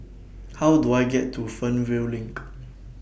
How Do I get to Fernvale LINK